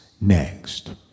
next